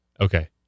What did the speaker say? Okay